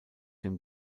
dem